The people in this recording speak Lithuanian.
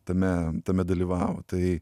tame tame dalyvavo tai